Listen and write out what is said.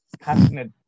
passionate